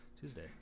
Tuesday